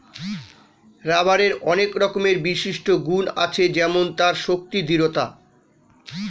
রাবারের অনেক রকমের বিশিষ্ট গুন্ আছে যেমন তার শক্তি, দৃঢ়তা